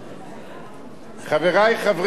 חברי חברי הכנסת מקדימה,